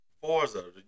Forza